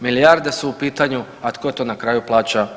Milijarde su u pitanju, a tko to na kraju plaća?